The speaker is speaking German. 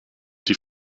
die